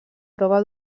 prova